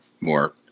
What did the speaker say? more